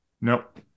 Nope